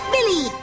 Billy